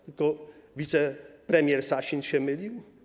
Tylko wicepremier Sasin się mylił?